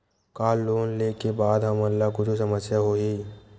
का लोन ले के बाद हमन ला कुछु समस्या होही?